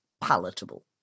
palatable